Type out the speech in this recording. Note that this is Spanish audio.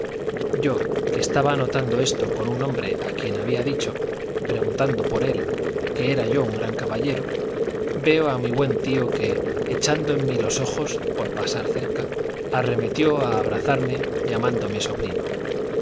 yo que estaba notando esto con un hombre a quien había dicho preguntando por él que era yo un gran caballero veo a mi buen tío que echando en mí los ojos por pasar cerca arremetió a abrazarme llamándome sobrino